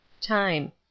Time